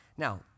Now